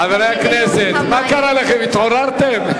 חברי הכנסת, מה קרה לכם, התעוררתם?